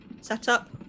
setup